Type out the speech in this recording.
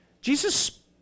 Jesus